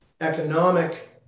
economic